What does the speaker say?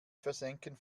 versenken